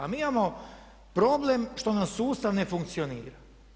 A mi imamo problem što nam sustav ne funkcionira.